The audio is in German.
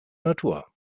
natur